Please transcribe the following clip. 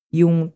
yung